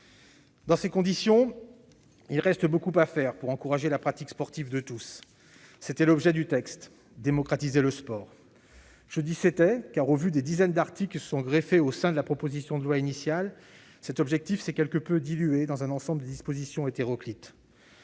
Dans ces conditions, il reste beaucoup à faire pour encourager la pratique sportive de tous. C'était l'objet du texte : démocratiser le sport. Je dis bien « c'était », car, en raison des dizaines d'articles qui se sont greffés à la proposition de loi initiale, cet objectif s'est quelque peu dilué dans un ensemble de dispositions hétéroclites.